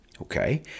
Okay